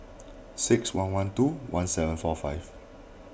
six one one two one seven four five